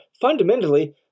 fundamentally